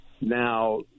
now